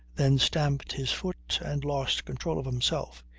then stamped his foot and lost control of himself.